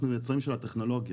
אנחנו היוצרים של הטכנולוגיה.